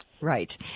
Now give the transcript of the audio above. Right